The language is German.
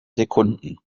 sekunden